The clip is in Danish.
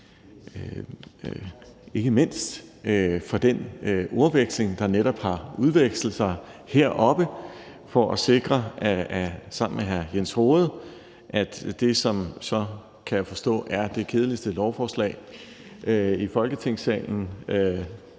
Hyllested for den ordveksling, der netop har udspillet sig sammen med hr. Jens Rohde heroppe for at sikre, at det, som så, kan jeg forstå, er det kedeligste lovforslag i Folketingssalen